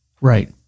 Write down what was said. right